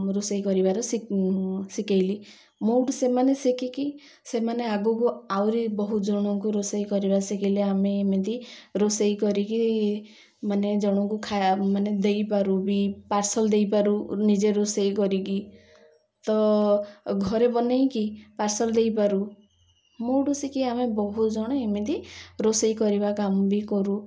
ରୋଷେଇ କରିବାର ଶିଖାଇଲି ମୋ ଠୁ ସେମାନେ ଶିଖିକି ସେମାନେ ଆଗକୁ ଆହୁରି ବହୁ ଜଣଙ୍କୁ ରୋଷେଇ କରିବା ଶିଖାଇଲେ ଆମେ ଏମିତି ରୋଷେଇ କରିକି ମାନେ ଜଣଙ୍କୁ ଖାଇବା ମାନେ ଦେଇପାରୁ ବି ପାର୍ସଲ୍ ଦେଇପାରୁ ନିଜେ ରୋଷେଇ କରିକି ତ ଘରେ ବନେଇକି ପାର୍ସଲ୍ ଦେଇପାରୁ ମୋ ଠୁ ଶିଖି ଆମେ ବହୁ ଜଣେ ଏମିତି ରୋଷେଇ କରିବା କାମ ବି କରୁ